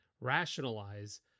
rationalize